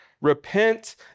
Repent